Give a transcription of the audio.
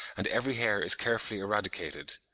and every hair is carefully eradicated.